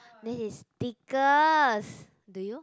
that is stickers do you